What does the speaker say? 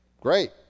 great